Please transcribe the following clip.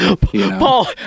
Paul